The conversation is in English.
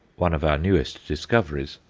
one of our newest discoveries,